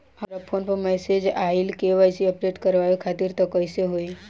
हमरा फोन पर मैसेज आइलह के.वाइ.सी अपडेट करवावे खातिर त कइसे होई?